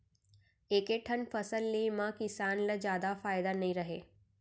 एके ठन फसल ले म किसान ल जादा फायदा नइ रहय